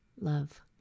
love